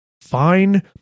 fine